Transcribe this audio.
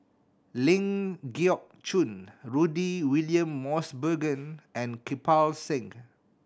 Ling Geok Choon Rudy William Mosbergen and Kirpal Singh